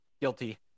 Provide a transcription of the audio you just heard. Guilty